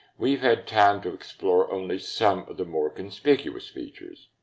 we've had time to explore only some of the more conspicuous features.